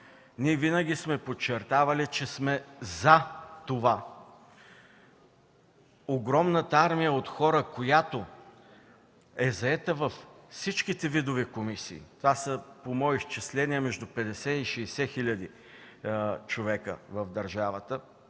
Ние винаги сме подчертавали, че сме за това: огромната армия от хора, заети във всички видове комисии, по мои изчисления около 50 60 хиляди човека в държавата,